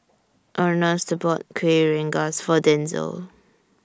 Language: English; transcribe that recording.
Ernest bought Kuih Rengas For Denzil